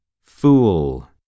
Fool